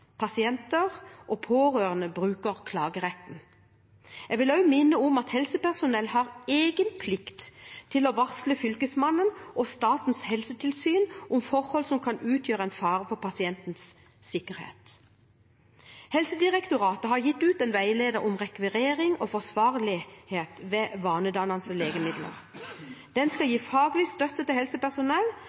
pasienter og pårørende bruker klageretten. Jeg vil også minne om at helsepersonell har en egen plikt til å varsle Fylkesmannen og Statens helsetilsyn om forhold som kan utgjøre en fare for pasientens sikkerhet. Helsedirektoratet har gitt ut en veileder om rekvirering og forsvarlighet ved vanedannende medisin. Den skal gi faglig støtte til helsepersonell